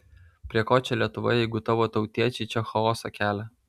prie ko čia lietuva jeigu tavo tautiečiai čia chaosą kelia